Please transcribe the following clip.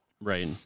Right